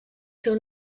seu